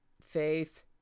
Faith